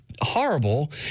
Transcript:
horrible